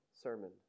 sermon